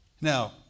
Now